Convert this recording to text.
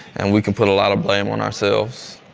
and we can put a lot of blame on ourselves.